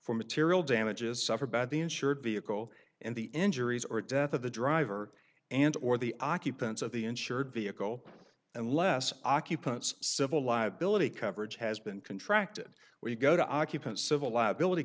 for material damages suffered bad the insured vehicle and the injuries or death of the driver and or the occupants of the insured vehicle and less occupants civil liability coverage has been contracted where you go to occupant civil liability